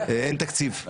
אין תקציב,